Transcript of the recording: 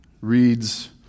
reads